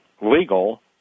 legal